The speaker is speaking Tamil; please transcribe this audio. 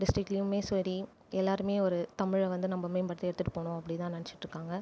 டிஸ்டிக்லேயுமே சரி எல்லாருமே ஒரு தமிழ் வந்து நம்ம மேம்படுத்தி எடுத்துட்டு போகணும் அப்படிதான் நினச்சிட்டுருக்காங்க